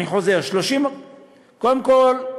אני חוזר: קודם כול,